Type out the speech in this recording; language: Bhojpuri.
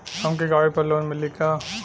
हमके गाड़ी पर लोन मिली का?